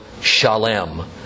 Shalem